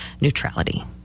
neutrality